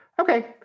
Okay